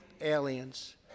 aliens